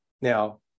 now